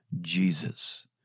Jesus